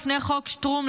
לפי חוק שטרום,